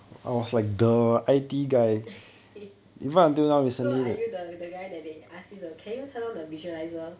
so are you the the guy that they ask you to can you turn on the visualiser